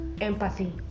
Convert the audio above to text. Empathy